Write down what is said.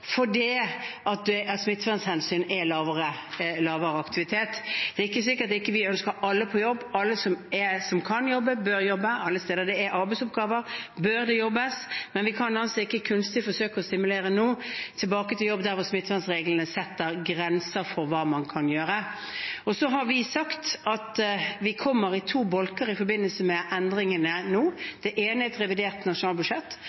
fordi det av smittevernhensyn er lavere aktivitet. Det er ikke slik at vi ikke ønsker alle på jobb – alle som kan jobbe, bør jobbe, alle steder der det er arbeidsoppgaver, bør det jobbes. Men vi kan ikke nå kunstig forsøke å stimulere folk tilbake til jobb der smittevernreglene setter grenser for hva man kan gjøre. Så har vi sagt at det kommer i to bolker i forbindelse med endringene nå, det ene i revidert nasjonalbudsjett,